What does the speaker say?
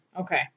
Okay